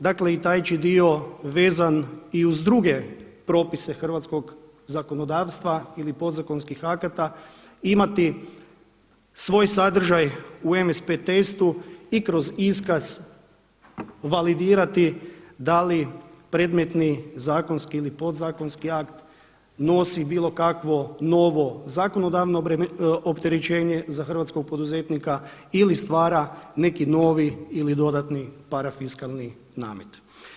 Dakle i taj će dio vezan i uz druge propise hrvatskog zakonodavstva ili podzakonskih akata imati svoj sadržaj u MSP testu i kroz iskaz validirati da li predmetni zakonski ili podzakonski akt nosi bilo kakvo novo zakonodavno opterećenje za hrvatskog poduzetnika ili stvara neki novi ili dodatni parafiskalni namet.